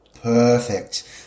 Perfect